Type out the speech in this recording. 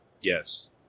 Yes